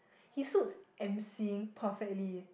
he suits emceeing perfectly